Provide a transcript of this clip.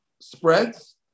spreads